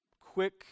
quick